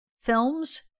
films